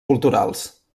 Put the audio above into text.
culturals